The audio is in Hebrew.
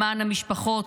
למען המשפחות,